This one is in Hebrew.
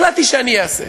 החלטתי שאני אעשה,